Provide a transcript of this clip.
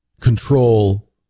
control